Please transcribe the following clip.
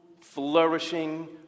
flourishing